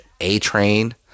A-train